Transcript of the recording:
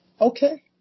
Okay